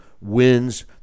Wins